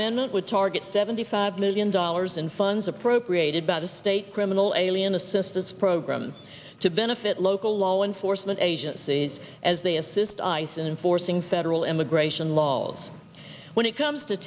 men would target seventy five million dollars in funds appropriated by the state criminal alien assistance programs to benefit local law enforcement agencies as they assist ice and enforcing federal immigration laws when it comes to